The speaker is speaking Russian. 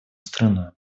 страну